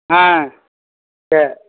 ஆ சரி